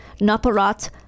Naparat